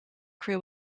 crew